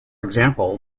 example